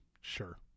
Sure